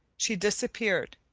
she disappeared,